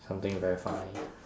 something very funny